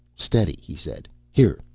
steady, he said. here,